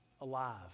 Alive